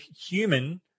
human